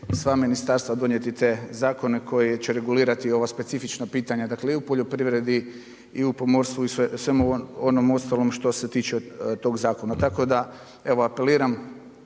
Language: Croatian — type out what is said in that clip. sva ministarstva donijeti te zakone koji će regulirati ova specifična pitanja, dakle i u poljoprivredi i u pomorstvu i u svemu onom ostalom što se tiče tog zakona. Tako da evo apeliram